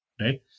right